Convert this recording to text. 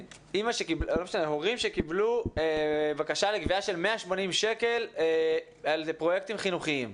מהורים שקיבלו בקשה לגבייה של 180 ש"ח על פרויקטים חינוכיים,